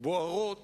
בוערות